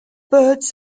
birds